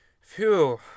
Phew